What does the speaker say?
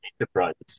enterprises